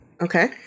Okay